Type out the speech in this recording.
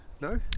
no